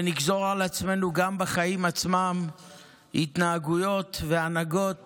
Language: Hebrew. ונגזור על עצמנו גם בחיים עצמם התנהגויות והנהגות